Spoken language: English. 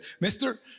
Mister